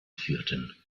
führten